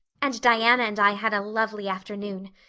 and diana and i had a lovely afternoon.